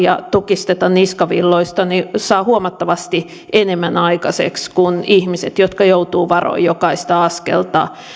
ja tukisteta niskavilloista saavat huomattavasti enemmän aikaiseksi kuin ihmiset jotka joutuvat varomaan jokaista askeltaan